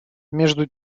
между